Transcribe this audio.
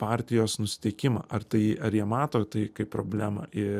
partijos nusiteikimą ar tai ar jie mato tai kaip problemą ir